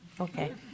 Okay